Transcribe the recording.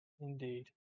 indeed